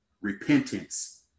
repentance